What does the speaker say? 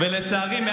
ולצערי,